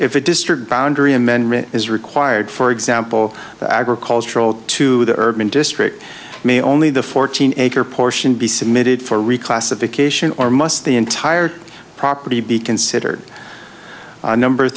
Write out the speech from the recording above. the district boundary amendment is required for example agricultural to the urban district may only the fourteen acre portion be submitted for reclassification or must the entire property be considered number